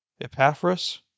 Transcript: Epaphras